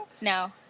No